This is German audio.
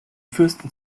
fürsten